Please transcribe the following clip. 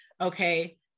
Okay